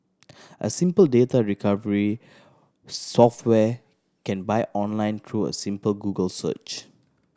a simple data recovery software can buy online through a simple Google search